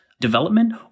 Development